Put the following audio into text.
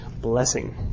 Blessing